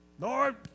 Lord